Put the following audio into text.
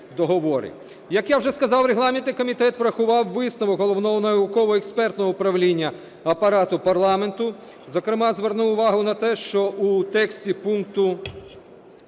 Як я вже сказав, регламентний комітет врахував висновок Головного науково-експертного управління Апарату парламенту. Зокрема звернув увагу на те, що у тексті пункту